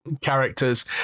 characters